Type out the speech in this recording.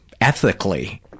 ethically